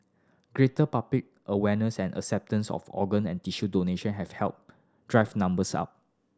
greater public awareness and acceptance of organ and tissue donation have helped drive numbers up